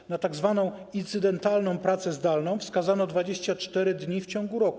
Np. na tzw. incydentalną pracę zdalną wskazano 24 dni w ciągu roku.